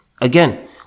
again